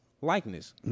likeness